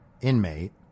inmate